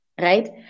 right